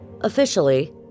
Officially